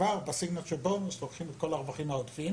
כבר ב- Signature bonus לוקחים את כל הרווחים העודפים